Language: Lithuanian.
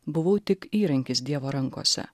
buvau tik įrankis dievo rankose